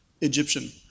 Egyptian